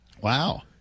Wow